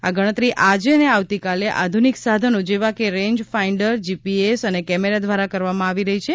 આ ગણતર આજે અને આવતીકાલે આધ્રનિક સાધનો જેવા કે રેન્જ ફાઈન્ડર જીપીએસ અને કેમેરા દ્વારા કરવામાં આવશે